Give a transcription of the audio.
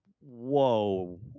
whoa